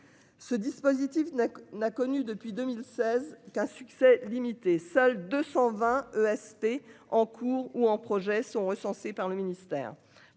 Ce dispositif n'a, n'a connu depuis 2016. Succès limité, seuls 220 ESP en cours ou en projet sont recensés par le ministère